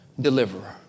deliverer